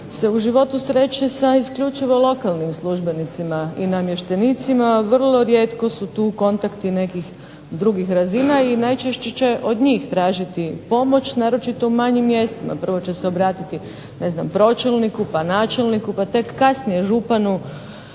građana se u životu sreće sa isključivo lokalnim službenicima i namještenicima. Vrlo rijetko su tu kontakti nekih drugih razina i najčešće će od njih tražiti pomoć, naročito u manjim mjestima. Prvo će se obratiti pročelniku pa načelniku pa tek kasnije županu